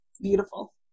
beautiful